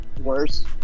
worse